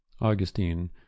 Augustine